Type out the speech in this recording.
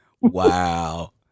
Wow